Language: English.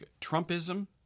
Trumpism